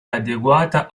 adeguata